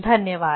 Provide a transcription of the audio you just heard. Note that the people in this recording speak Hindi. धन्यवाद